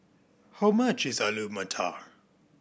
how much is Alu Matar